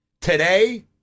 today